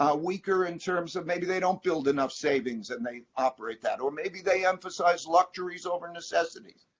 ah weaker in terms of, maybe they don't build enough savings and they operate that, or maybe they emphasize luxuries over necessities.